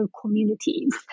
communities